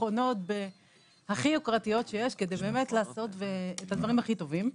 מכונות הכי יוקרתיות שיש כדי באמת לעשות את הדברים הכי טובים.